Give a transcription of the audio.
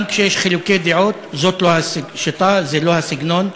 גם כשיש חילוקי דעות, זאת לא השיטה, זה לא הסגנון.